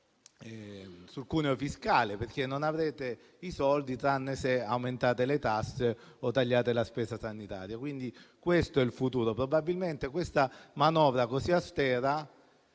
sul cuneo fiscale, perché non avrete i soldi, a meno che non aumentiate le tasse o tagliate la spesa sanitaria. Questo è il futuro. Probabilmente questa manovra così austera